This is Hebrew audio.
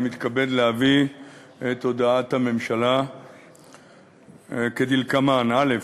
אני מתכבד להביא את הודעת הממשלה כדלקמן: א.